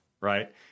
Right